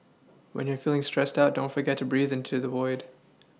when you are feeling stressed out don't forget to breathe into the void